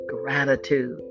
gratitude